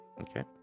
Okay